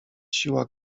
siła